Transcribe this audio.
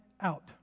out